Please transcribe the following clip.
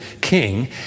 king